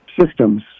systems